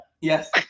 Yes